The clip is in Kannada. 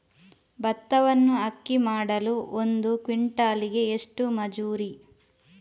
ಭತ್ತವನ್ನು ಅಕ್ಕಿ ಮಾಡಲು ಒಂದು ಕ್ವಿಂಟಾಲಿಗೆ ಎಷ್ಟು ಮಜೂರಿ?